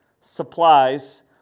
supplies